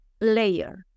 layer